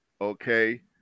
Okay